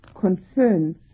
concerns